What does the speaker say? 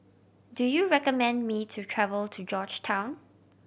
do you recommend me to travel to Georgetown